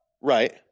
Right